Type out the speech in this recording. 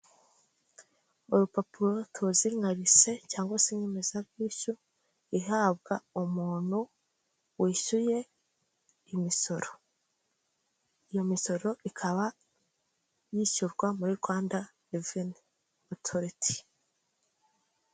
Urupapuro tuzi nka rise cyangwa se inyemezabwishyu ihabwa umuntu wishyuye imisoro, iyo misoro ikaba yishyurwa muri Rwanda Reveni Otoriti.